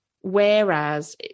whereas